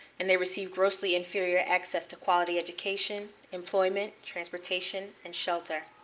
and they receive grossly inferior access to quality education, employment, transportation, and shelter.